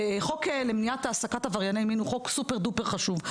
החוק למניעת העסקת עברייני מין הוא חוק סופר-דופר חשוב.